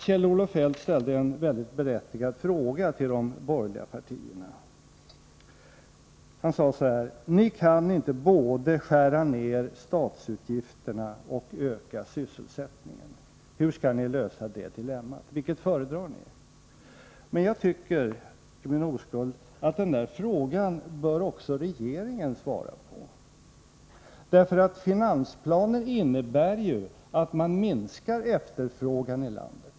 Kjell-Olof Feldt ställde en väldigt berättigad fråga till de borgerliga partierna. Han sade: Ni kan inte både skära ned statsutgifterna och öka sysselsättningen. Hur skall ni lösa det dilemmat? Vilket föredrar ni? Jag tycker i min oskuld att den frågan bör också regeringen svara på. Finansplanen innebär ju att man minskar efterfrågan i landet.